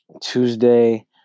Tuesday